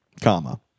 comma